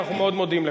אנחנו מאוד מודים לך.